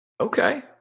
Okay